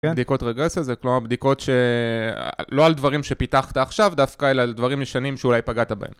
כן, בדיקות רגרסיה זה כלומר בדיקות שלא על דברים שפיתחת עכשיו, דווקא אלא על דברים ישנים שאולי פגעת בהם.